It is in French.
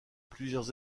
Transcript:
plusieurs